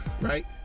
Right